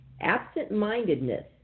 absent-mindedness